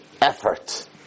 effort